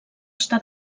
està